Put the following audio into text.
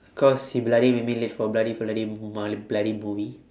cause he bloody make me late for bloody holiday mo~ my bloody movie